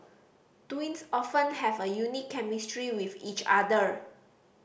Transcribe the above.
twins often have a unique chemistry with each other